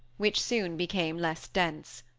which soon became less dense.